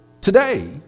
today